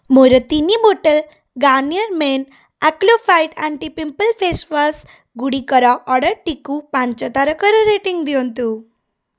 ମୋର ତିନି ବୋତଲ Garnier men acne fight anti pimple face wash ଗୁଡ଼ିକର ଅର୍ଡ଼ର୍ଟିକୁ ପାଞ୍ଚ ତାରକାର ରେଟିଂ ଦିଅନ୍ତୁ